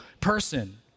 person